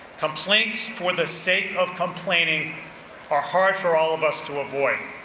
complaints for the sake of complaining are hard for all of us to avoid.